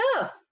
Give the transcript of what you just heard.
enough